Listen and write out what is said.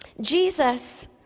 Jesus